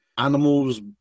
Animals